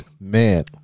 Man